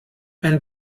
ein